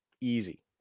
easy